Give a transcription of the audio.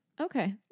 Okay